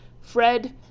Fred